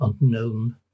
unknown